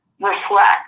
reflect